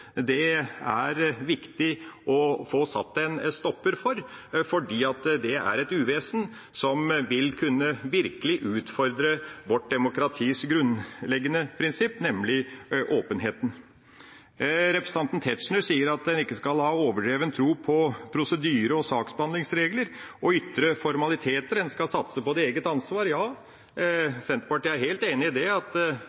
er det viktig å få satt en stopper for, for det er et uvesen som virkelig vil kunne utfordre vårt demokratis grunnleggende prinsipp, nemlig åpenheten. Representanten Tetzschner sier at en ikke skal ha overdreven tro på prosedyre- og saksbehandlingsregler og ytre formaliteter, at en skal satse på eget ansvar. Ja, Senterpartiet er helt enig i at en skal satse på den enkeltes egen vurderingsevne, men dessverre er det